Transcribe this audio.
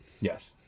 Yes